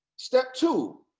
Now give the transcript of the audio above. step two,